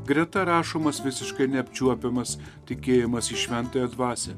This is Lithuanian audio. greta rašomas visiškai neapčiuopiamas tikėjimas į šventąją dvasią